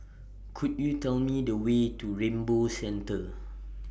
Could YOU Tell Me The Way to Rainbow Centre